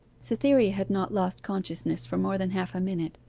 cytherea had not lost consciousness for more than half-a-minute.